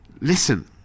Listen